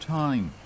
time